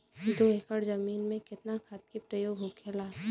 दो एकड़ जमीन में कितना खाद के प्रयोग होखेला?